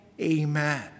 amen